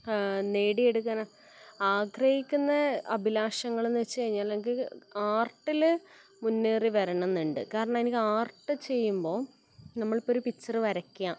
നേടിയെടുക്കാൻ ആഗ്രഹിക്കുന്ന അഭിലാഷങ്ങളെന്ന് വെച്ച് കഴിഞ്ഞാൽ എനിക്ക് ആർട്ടിൽ മുന്നേറി വരണം എന്നുണ്ട് കാരണം എനിക്ക് ആർട്ട് ചെയ്യുമ്പോൾ നമ്മൾ ഇപ്പോൾ ഒരു പിക്ചർ വരയ്ക്കുക